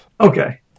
Okay